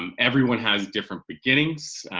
um everyone has different beginnings.